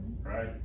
right